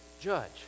judge